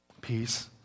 peace